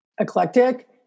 Eclectic